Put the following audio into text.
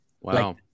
wow